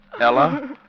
Ella